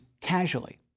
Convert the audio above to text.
casually